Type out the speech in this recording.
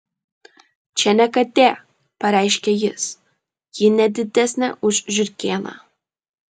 čia ne katė pareiškė jis ji ne didesnė už žiurkėną